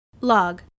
Log